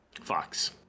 fox